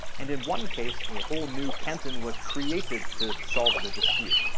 and in one case, a whole new canton was created to solve the dispute.